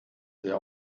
sehr